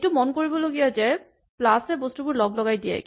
এইটো মনত ৰাখিবলগীয়া কথা যে প্লাচ এ বস্তুবোৰ লগলগাই দিয়ে